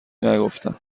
نگفتم